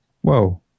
Whoa